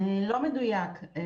לא מדויק.